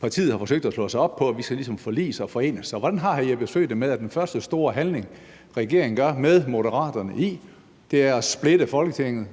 partiet har forsøgt at slå sig op på – at vi ligesom skal forliges og forenes. Så hvordan har hr. Jeppe Søe det med, at den første store handling, som regeringen med Moderaterne foretager, er at splitte Folketinget